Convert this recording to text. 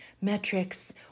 metrics